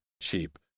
cheap